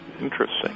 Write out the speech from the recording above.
interesting